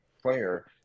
player